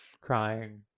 Crying